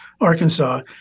Arkansas